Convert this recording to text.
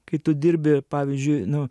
kai tu dirbi pavyzdžiui nu